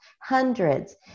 hundreds